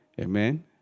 Amen